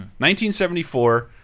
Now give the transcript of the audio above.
1974